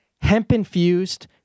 Hemp-infused